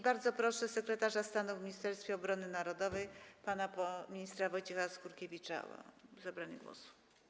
Bardzo proszę sekretarza stanu w Ministerstwie Obrony Narodowej pana ministra Wojciecha Skurkiewicza o zabranie głosu.